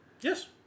Yes